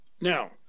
Now